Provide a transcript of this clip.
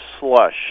slush